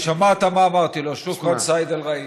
שמעת מה אמרתי לו, שוכרן, סייד א-ראיס.